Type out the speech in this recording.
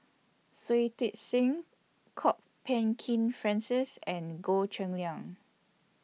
Shui Tit Sing Kwok Peng Kin Francis and Goh Cheng Liang